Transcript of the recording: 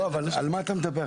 לא, אבל על מה אתה מדבר?